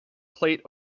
plate